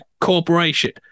corporation